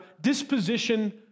disposition